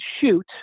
shoot